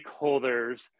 stakeholders